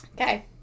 Okay